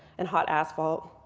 and hot asphalt.